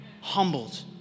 humbled